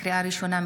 לקריאה ראשונה,